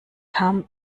come